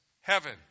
heaven